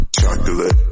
Chocolate